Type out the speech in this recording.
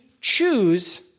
choose